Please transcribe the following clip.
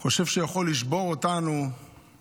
הוא חושב שהוא יכול לשבור אותנו כשיפסיק